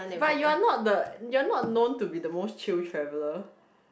but you are not the you are not known to be the most chill traveller